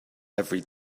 every